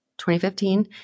2015